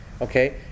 okay